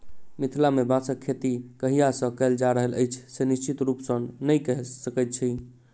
मिथिला मे बाँसक खेती कहिया सॅ कयल जा रहल अछि से निश्चित रूपसॅ नै कहि सकैत छी